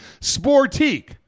Sportique